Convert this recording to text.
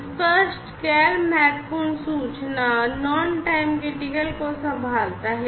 स्पष्ट गैर महत्वपूर्ण सूचना को संभालता है